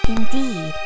Indeed